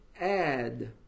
add